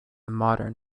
modern